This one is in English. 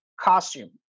costume